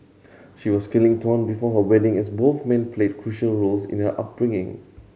she was feeling torn before her wedding as both men played crucial roles in the upbringing